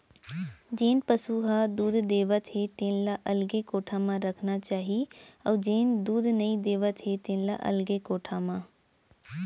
जेन पसु ह दूद देवत हे तेन ल अलगे कोठा म रखना चाही अउ जेन दूद नइ देवत हे तेन ल अलगे कोठा म